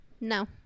no